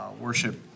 worship